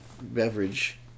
beverage